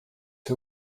who